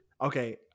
Okay